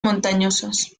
montañosas